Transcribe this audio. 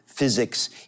physics